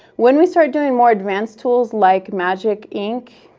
when we start doing more advanced tools, like magic ink,